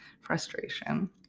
frustration